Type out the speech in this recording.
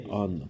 on